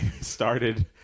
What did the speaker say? started